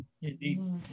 indeed